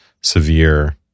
severe